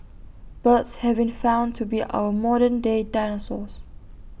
birds have been found to be our modern day dinosaurs